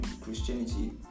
Christianity